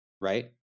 right